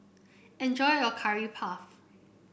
enjoy your Curry Puff